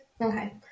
Okay